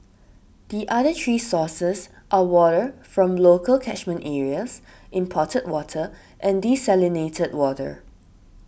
the other three sources are water from local catchment areas imported water and desalinated water